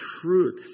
truth